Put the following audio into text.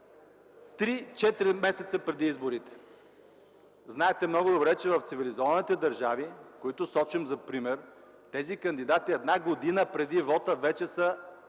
3-4 месеца преди изборите. Знаете много добре, че в цивилизованите държави, които сочим за пример, тези кандидати една година преди вота вече са